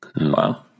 Wow